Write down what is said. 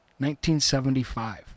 1975